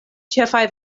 ĉefaj